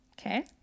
Okay